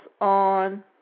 on